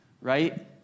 right